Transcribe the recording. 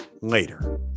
later